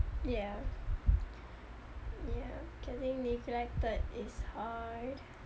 ya ya getting neglected is hard